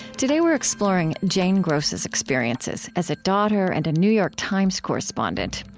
today, we're exploring jane gross's experiences as a daughter and a new york times correspondent.